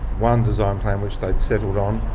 one design plan which they'd settled on,